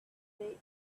surrey